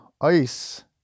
ice